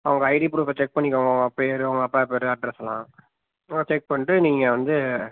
உங்கள் ஐடி ப்ரூஃபைசெக் பண்ணிக்கோங்க உங்கள் பேயர் உங்கள் அப்பாப் பேயர் அட்ரஸ்ஸுலாம் ஆ செக் பண்ணிட்டு நீங்கள் வந்து